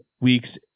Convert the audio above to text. weeks